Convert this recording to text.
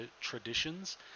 traditions